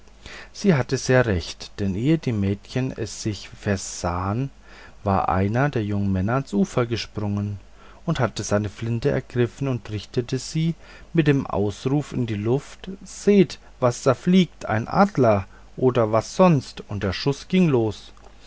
sie hatte sehr recht denn ehe die mädchen es sich versahen war einer der jungen männer ans ufer gesprungen hatte seine flinte ergriffen und richtete sie mit dem ausruf in die luft seht was da fliegt ein adler oder was sonst und der schuß ging los